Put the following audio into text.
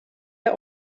der